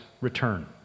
return